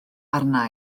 arna